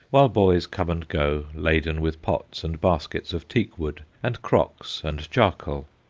while boys come and go, laden with pots and baskets of teak-wood and crocks and charcoal.